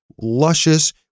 luscious